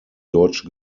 deutsche